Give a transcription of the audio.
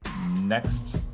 next